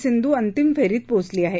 सिंधू अंतिम फेरीत पोचली आहे